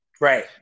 Right